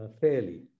fairly